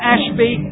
Ashby